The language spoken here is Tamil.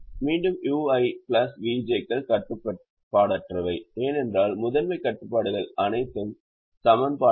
மீண்டும் ui மற்றும் vj கள் கட்டுப்பாடற்றவை ஏனென்றால் முதன்மைக் கட்டுப்பாடுகள் அனைத்தும் சமன்பாடுகள்